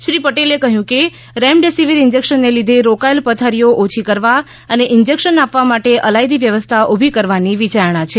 શ્રી પટેલે કહ્યું કે રેમડીસીવર ઈન્જેકશનને લીધે રોકાયેલ પથારીઓ ઓછી કરવા ઈન્જેકશન આપવા માટે અલાયદી વ્યવસ્થા ઉભી કરવાની વિચારણા છે